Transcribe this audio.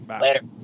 Later